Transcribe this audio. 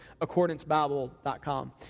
AccordanceBible.com